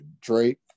Drake